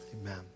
Amen